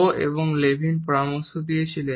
rho এবং Levin পরামর্শ দিয়েছেন